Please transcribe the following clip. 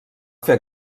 fer